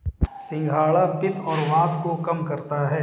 सिंघाड़ा पित्त और वात को कम करता है